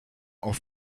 auf